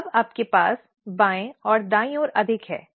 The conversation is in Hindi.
तो अब आपके पास बाईं ओर दाईं ओर अधिक है